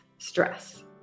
Stress